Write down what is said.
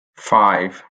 five